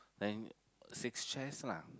then six chairs lah